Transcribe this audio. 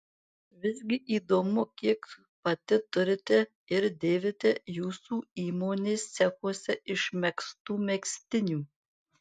visgi įdomu kiek pati turite ir dėvite jūsų įmonės cechuose išmegztų megztinių